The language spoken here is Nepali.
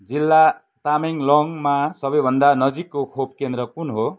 जिल्ला तामेङलोङमा सबैभन्दा नजिकको खोप केन्द्र कुन हो